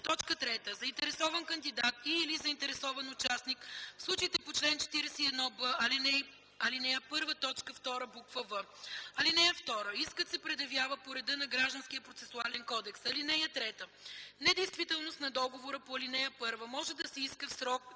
„б”; 3. заинтересован кандидат и/или заинтересован участник – в случаите по чл. 41б, ал. 1, т. 2, буква „в”. (2) Искът се предявява по реда на Гражданския процесуален кодекс. (3) Недействителност на договора по ал. 1 може да се иска в срок